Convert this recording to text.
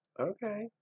Okay